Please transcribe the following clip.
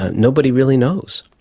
ah nobody really knows.